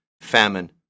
famine